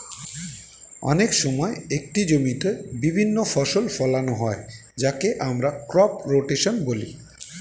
অনেক সময় একটি জমিতে বিভিন্ন ফসল ফোলানো হয় যাকে আমরা ক্রপ রোটেশন বলি